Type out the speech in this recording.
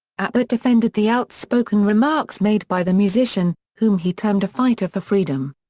abbott defended the outspoken remarks made by the musician, whom he termed a fighter for freedom.